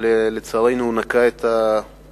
אבל לצערנו הוא נקע את הרגל